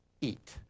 Eat